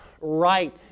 right